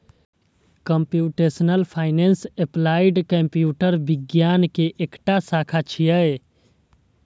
computational finance applied computer विज्ञान के एकटा शाखा छियै